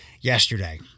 yesterday